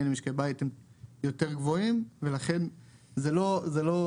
למשקי בית הם יותר גבוהים ולכן זה לא,